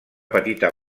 petita